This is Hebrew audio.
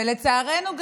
ולצערנו,